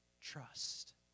Trust